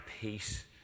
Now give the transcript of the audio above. peace